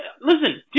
listen